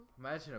Imagine